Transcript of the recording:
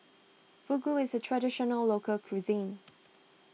Fugu is a Traditional Local Cuisine